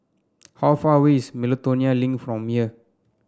how far away is Miltonia Link from here